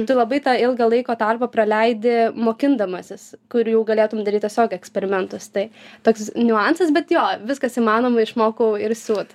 tai labai tą ilgą laiko tarpą praleidi mokindamasis kur jau galėtum daryt tiesiog eksperimentus tai toks niuansas bet jo viskas įmanoma išmokau ir siūt